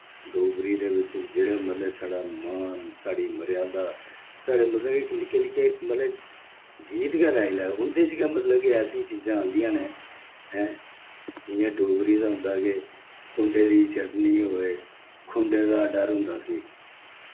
डोगरी दे बिच्च जेह्ड़े मतलब साढ़ा मान साढ़ी मर्यादा साढ़े मतलब इक निक्के निक्के मतलब गीत गै लाई लैओ उंदे च गै मतलब कि ऐसी चीजां आंदियां न हैं जियां डोगरी दा होंदा के कुंडे दी चटनी होवे खुंडे दा डर होंदा सी